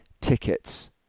tickets